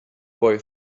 boy